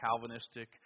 Calvinistic